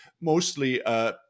mostly